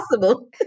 possible